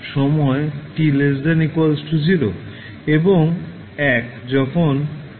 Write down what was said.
কারণ u 0 যখন সময় t≤0 এবং 1 যখন সময় t 0